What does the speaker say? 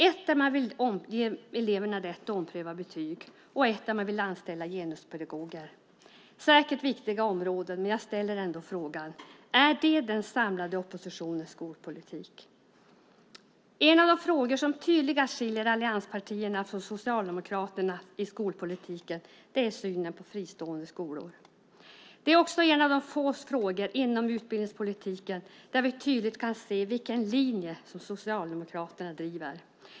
En där man vill ge eleverna rätt att ompröva betyg och en där man vill anställa genuspedagoger. Det är säkert viktiga områden, men jag ställer ändå frågan: Är det den samlade oppositionens skolpolitik? En av de frågor som tydligast skiljer allianspartierna från Socialdemokraterna i skolpolitiken är synen på fristående skolor. Det är också en av de få frågor inom utbildningspolitiken där vi tydligt kan se vilken linje som Socialdemokraterna driver.